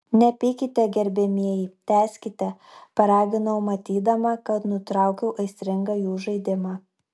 nepykite gerbiamieji tęskite paraginau matydama kad nutraukiau aistringą jų žaidimą